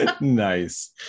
Nice